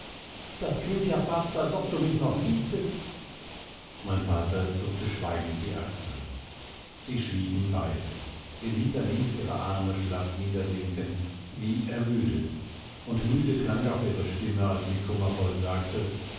das klingt ja fast als ob du mich noch liebtest mein vater zuckte schweigend die achseln sie schwiegen beide ellita ließ ihre arme schlaff niedersinken wie ermüdet und müde klang auch ihre stimme als sie kummervoll sagte